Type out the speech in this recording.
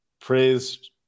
praised